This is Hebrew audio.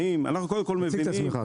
החופשי-חודשי גם ברכבת, אבל צריך להוסיף כסף.